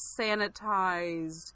sanitized